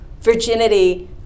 virginity